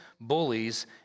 bullies